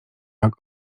jak